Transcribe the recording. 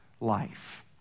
life